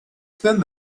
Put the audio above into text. spend